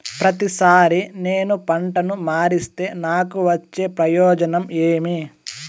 ప్రతిసారి నేను పంటను మారిస్తే నాకు వచ్చే ప్రయోజనం ఏమి?